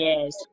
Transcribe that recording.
Yes